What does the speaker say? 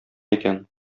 икән